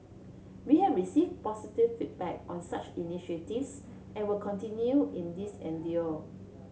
we have received positive feedback on such initiatives and will continue in this